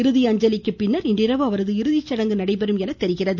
இறுதி அஞ்சலிக்கு பின்னா் இன்றிரவு அவரது இறுதிச்சடங்கு நடைபெறும் என தெரிகிறது